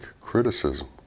criticism